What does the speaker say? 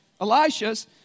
Elisha's